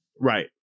Right